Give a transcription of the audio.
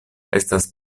estas